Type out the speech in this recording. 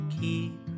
keep